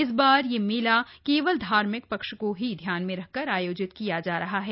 इस बार यह मेला केवल धार्मिक पक्ष को ही ध्यान में रख कर आयोजित किया जा रहा है